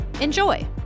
Enjoy